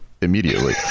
immediately